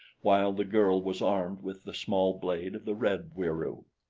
while the girl was armed with the small blade of the red wieroo.